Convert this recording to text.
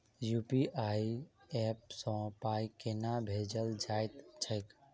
UPI app सँ पाई केना भेजल जाइत छैक?